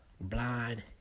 blind